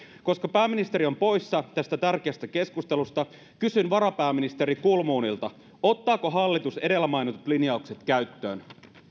koska pääministeri on poissa tästä tärkeästä keskustelusta kysyn varapääministeri kulmunilta ottaako hallitus edellä mainitut linjaukset käyttöön